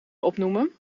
opnoemen